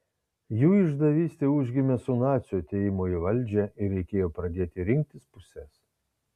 jų išdavystė užgimė su nacių atėjimu į valdžią ir reikėjo pradėti rinktis puses